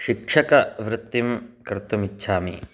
शिक्षकवृत्तिं कर्तुम् इच्छामि